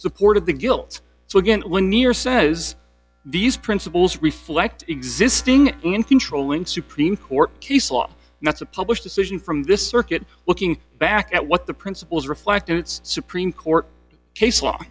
supported the guilt so again when near says these principles reflect existing in controlling supreme court case law not to publish decision from this circuit looking back at what the principles reflect its supreme court case law